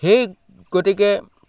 সেই গতিকে